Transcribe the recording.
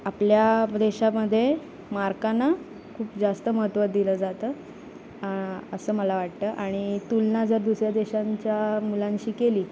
आपल्या देशामध्ये मार्कांना खूप जास्त महत्त्व दिलं जातं असं मला वाटतं आणि तुलना जर दुसऱ्या देशांच्या मुलांशी केली